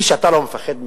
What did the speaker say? מי שאתה לא מפחד ממנו,